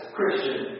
Christian